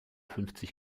fünfzig